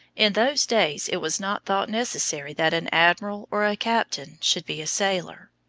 in those days it was not thought necessary that an admiral or a captain should be a sailor.